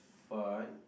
fun